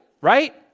right